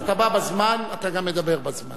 כשאתה בא בזמן אתה גם מדבר בזמן.